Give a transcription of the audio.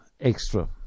extra